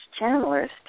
channelers